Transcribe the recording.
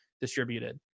distributed